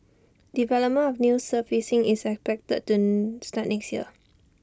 development of the new surfacing is expected to start next year